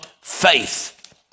faith